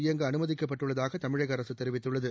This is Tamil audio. இயங்க அனுமதிக்கப்பட்டுள்ளதாக தமிழக அரசு தெரிவித்துள்ளது